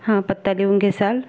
हं पत्ता लिहून घेसाल